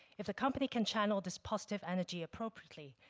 if the company can channel this positive energy appropriately,